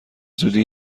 زودی